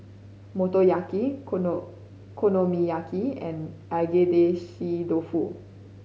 Motoyaki Okono Okonomiyaki and Agedashi Dofu